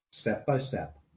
step-by-step